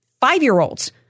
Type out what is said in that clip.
five-year-olds